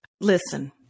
Listen